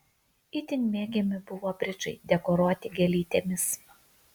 itin mėgiami buvo bridžai dekoruoti gėlytėmis